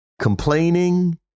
complaining